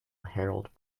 herald